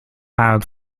out